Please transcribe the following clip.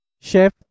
Chef